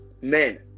men